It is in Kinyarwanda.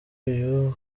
uyu